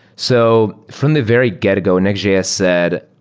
so from the very get-go, nextjs said,